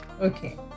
Okay